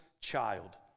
child